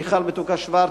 מיכל מתוקה-שוורץ,